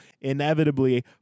inevitably